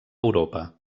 europa